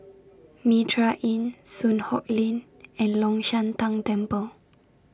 Mitraa Inn Soon Hock Lane and Long Shan Tang Temple